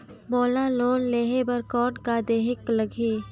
मोला लोन लेहे बर कौन का देहेक लगही?